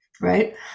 right